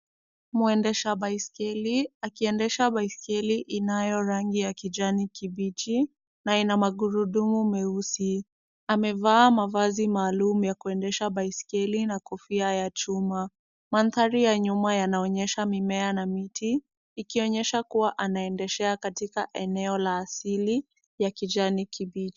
Mwendesha, baiskeli akiendesha baiskeli inayo rangi ya kijani kibichi, na ina magurudumu meusi .Amevaa mavazi maalum ya kuendesha baiskeli na kofia ya chuma. Mandhari ya nyuma yanaonyesha mimea na miti, ikionyesha kuwa anaendeshea katika eneo la asili, ya kijani kibichi.